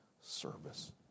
service